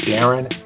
Darren